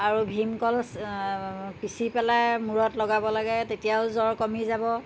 আৰু ভিম কল পিচি পেলাই মূৰত লগাব লাগে তেতিয়াও জ্বৰ কমি যাব